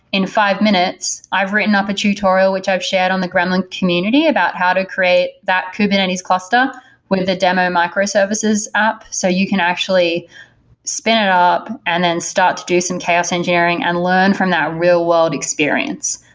in five minutes, i've written up a tutorial which i've shared on the gremlin community about how to create that kubernetes cluster with the demo microservices up. so you can actually spin it up and then start to do some chaos engineering and learn from our real-world experience.